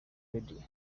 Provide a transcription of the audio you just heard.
lydie